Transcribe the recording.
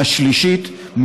והשלישית,